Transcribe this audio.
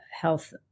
health